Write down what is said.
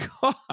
god